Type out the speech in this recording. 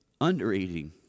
undereating